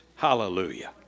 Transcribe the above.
Hallelujah